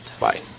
Bye